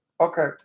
Okay